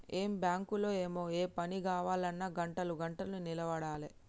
ఏం బాంకులో ఏమో, ఏ పని గావాల్నన్నా గంటలు గంటలు నిలవడాలె